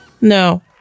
no